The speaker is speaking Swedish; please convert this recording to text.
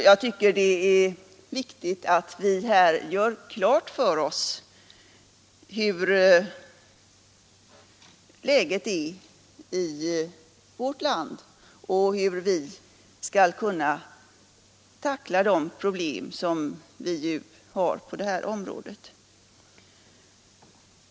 Jag tycker att det är viktigt, att vi här gör klart för oss hur läget är i vårt land och hur vi skall kunna tackla de problem, som vi har på detta område.